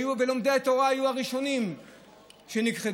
ולומדי התורה היו הראשונים שנכחדו.